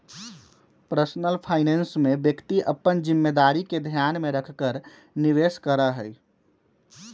personal finance में व्यक्ति अपन जिम्मेदारी के ध्यान में रखकर निवेश करा हई